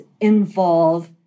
involve